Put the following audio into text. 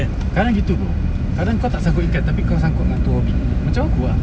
kadang gitu bro kadang kau tak sangkut ikan kau sangkut ah tu hobi macam aku ah